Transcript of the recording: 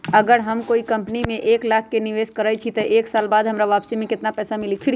अगर हम कोई कंपनी में एक लाख के निवेस करईछी त एक साल बाद हमरा वापसी में केतना मिली?